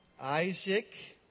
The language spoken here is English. Isaac